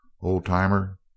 Old-timer